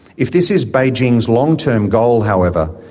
if this is beijing's long-term goal, however,